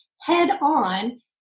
head-on